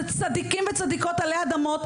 זה צדיקים וצדיקות עלי אדמות,